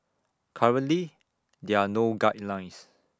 currently there are no guidelines